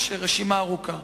ויש רשימה ארוכה.